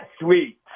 sweet